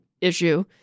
issue